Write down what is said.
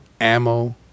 ammo